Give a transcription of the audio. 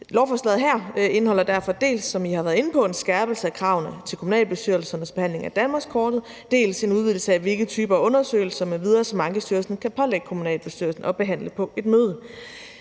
Lovforslaget her indeholder derfor dels, som I har været inde på, en skærpelse af kravene til kommunalbestyrelsernes behandling af danmarkskortet, dels en udvidelse af, hvilke typer af undersøgelser m.v., som Ankestyrelsen kan pålægge kommunalbestyrelsen at behandle på et møde.